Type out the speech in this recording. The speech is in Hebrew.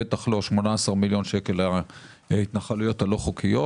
בטח לא 18 מיליון שקל להתנחלויות הלא חוקיות.